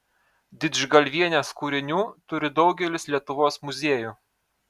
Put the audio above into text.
didžgalvienės kūrinių turi daugelis lietuvos muziejų